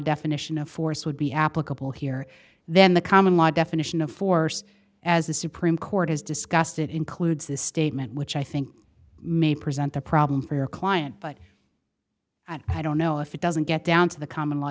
definition of force would be applicable here then the common law definition of force as the supreme court has discussed it includes this statement which i think may present a problem for your client but i don't know if it doesn't get down to the common law